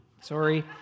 sorry